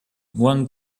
one